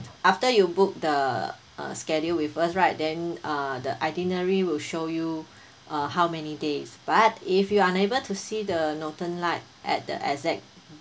after you book the uh schedule with us right then uh the itinerary will show you uh how many days but if you are unable to see the northern lights at the exact